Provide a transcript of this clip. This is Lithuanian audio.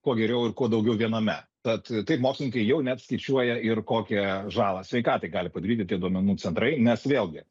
kuo geriau ir kuo daugiau viename tad taip mokslininkai jau net skaičiuoja ir kokią žalą sveikatai gali padaryti tie duomenų centrai nes vėlgi